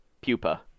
Pupa